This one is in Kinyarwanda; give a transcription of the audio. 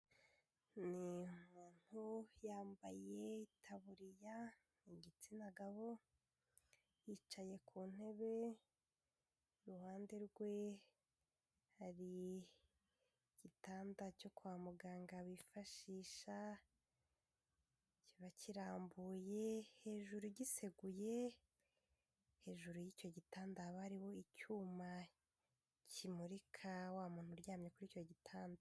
Ni umuntu yambaye itaburiya, ni igitsina gabo yicaye ku ntebe iruhande rwe hari igitanda cyo kwa muganga bifashisha kiba kirambuye hejuru giseguye, hejuru y'icyo gitanda haba hariho icyuma kimurika wa muntu uryamye kuri icyo gitanda.